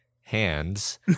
hands